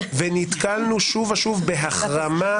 נתקלנו שוב ושוב בהחרמה,